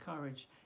courage